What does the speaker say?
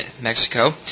Mexico